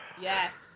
Yes